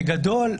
בגדול,